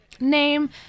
name